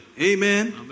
Amen